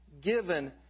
given